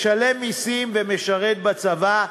משלם מסים ומשרת בצבא,